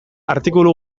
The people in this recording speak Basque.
artikulu